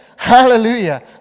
Hallelujah